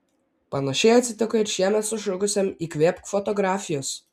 panašiai atsitiko ir šiemet sušukusiam įkvėpk fotografijos